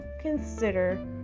consider